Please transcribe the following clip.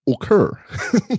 occur